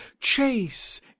Chase